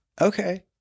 okay